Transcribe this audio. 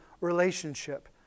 relationship